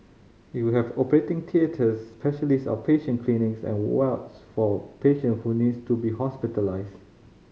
it will have operating theatres specialist outpatient clinics and wards for patient who need to be hospitalised